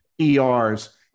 ERs